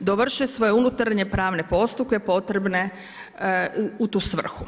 dovrše svoje unutarnje pravne postupke potrebne u tu svrhu.